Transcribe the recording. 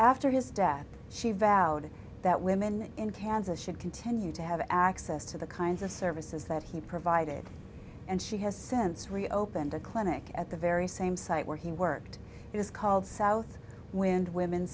after his death she vowed that women in kansas should continue to have access to the kinds of services that he provided and she has since really opened a clinic at the very same site where he worked and is called south wind women